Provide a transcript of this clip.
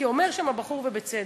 כי אומר שם הבחור, ובצדק: